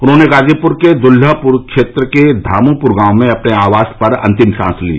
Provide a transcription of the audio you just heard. उन्होंने गाजीपुर के दुल्लहपुर क्षेत्र के धामूपुर गांव में अपने आवास पर अंतिम सांस ली